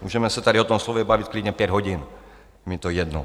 Můžeme se tady o tom slově bavit klidně pět hodin, mi to jedno.